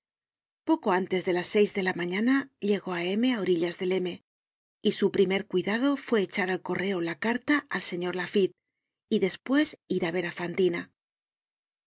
poco antes de las seis de la mañana llegó á m á orillas del m y su primer cuidado fue echar al correo la carta al señor laffitte y despues ir á ver á fantina